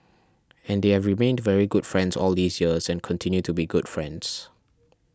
and they have remained very good friends all these years and continue to be good friends